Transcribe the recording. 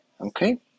okay